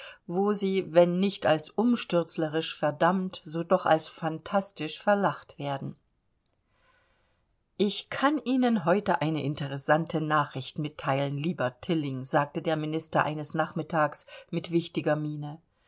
wo sie wenn nicht als umstürzlerisch verdammt so doch als phantastisch verlacht werden ich kann ihnen heute eine interessante nachricht mitteilen lieber tilling sagte der minister eines nachmittags mit wichtiger miene